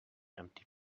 empty